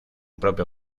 propio